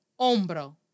Hombro